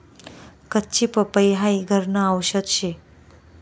कच्ची पपई हाई घरन आवषद शे